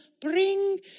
bring